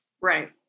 Right